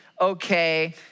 okay